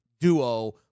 duo